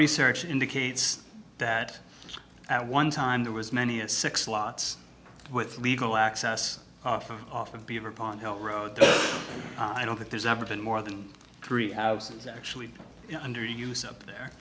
research indicates that at one time there was many a six lots with legal access off of beaver pond help road i don't think there's ever been more than three houses actually under use up there